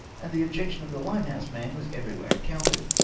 and the objection of the limehouse man was everywhere encountered.